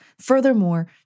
Furthermore